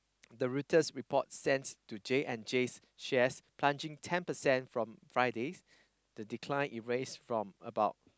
the Reuters report sent to J-and-J's shares plunging ten percent from Friday the decline erase from about